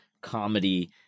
comedy